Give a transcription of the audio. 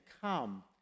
come